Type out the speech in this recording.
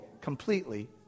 completely